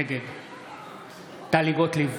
נגד טלי גוטליב,